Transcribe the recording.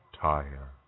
tire